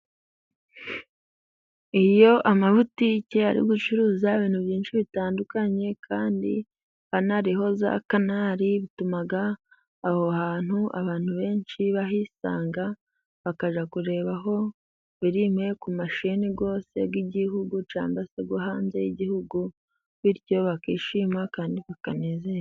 Iyo amabutike ari gucuruza ibintu byinshi bitandukanye kandi anariho za canari, bituma aho hantu abantu benshi bahisanga bakajya kurebayo firime ku masheni yose y'igihugu cyangwa yo hanze y'igihugu, bityo bakishima kandi bikanezerwa.